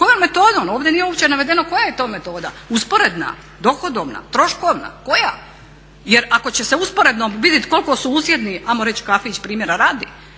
Kojom metodom? Ovdje uopće nije navedeno koja je to metoda. Usporedna? Dohodovna? Troškovna? Koja? Jer ako će se usporednom vidit koliko susjedni hajmo reći kafić primjera radi